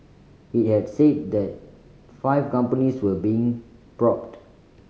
it had said that five companies were being probed